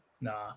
Nah